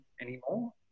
anymore